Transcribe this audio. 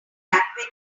back